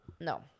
no